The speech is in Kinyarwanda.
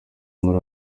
muri